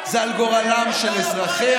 זה על גורלם של אזרחיה,